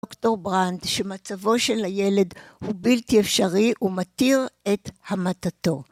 דוקטור ברנדט שמצבו של הילד הוא בלתי אפשרי ומתיר את המתתו